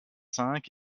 cinq